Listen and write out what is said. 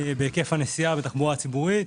בהיקף הנסיעה בתחבורה הציבורית,